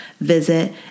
visit